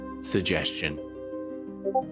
suggestion